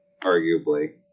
arguably